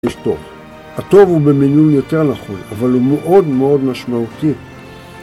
יש טוב, הטוב הוא במינוי יותר נכון, אבל הוא מאוד מאוד משמעותי